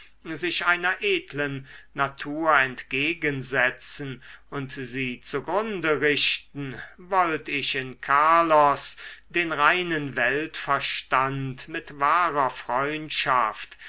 sich einer edlen natur entgegensetzen und sie zugrunde richten wollt ich in carlos den reinen weltverstand mit wahrer freundschaft